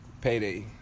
Payday